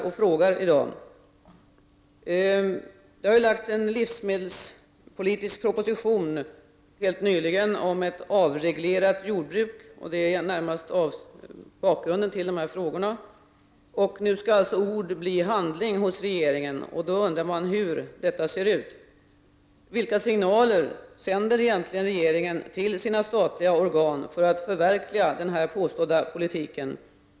Det har helt nyligen lagts fram en livsmedelspolitisk proposition om ett avreglerat jordbruk, och den är närmast bakgrunden till dessa frågor. Nu skall alltså ord bli handling hos regeringen, och då undrar man hur detta ser ut. Vilka signaler sänder regeringen till sina statliga organ för att förverkliga den påstådda politiken?